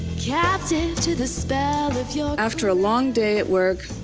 captive to the spell of your after a long day at work,